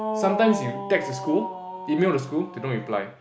sometimes you text the school email the school they don't reply